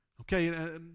okay